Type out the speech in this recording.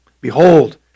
Behold